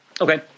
Okay